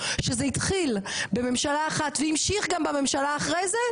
שזה התחיל בממשלה אחת והמשיך גם בממשלה אחרי זה.